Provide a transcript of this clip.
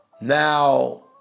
Now